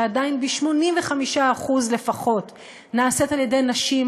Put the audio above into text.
שעדיין ב-85% לפחות נעשית על-ידי נשים,